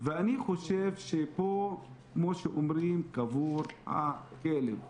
ואני חושב שפה כמו שאומרים קבור הכלב.